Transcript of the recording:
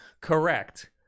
Correct